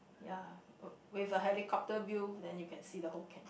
ya uh with a helicopter view then you can see the whole can~